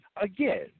again